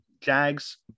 Jags